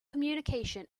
communication